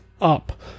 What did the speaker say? up